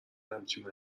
همچین